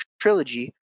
Trilogy